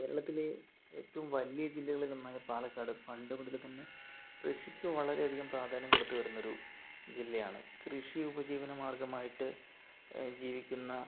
കേരളത്തിലെ ഏറ്റവും വലിയ ജില്ലകളിൽ ഒന്നായ പാലക്കാട് പണ്ട് മുതല് തന്നെ കൃഷിക്ക് വളരെയധികം പ്രാധാന്യം കൊടുത്തു വരുന്നൊരു ജില്ലയാണ് കൃഷി ഉപജീവന മാർഗമായിട്ട് ജീവിക്കുന്ന